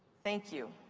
thank you.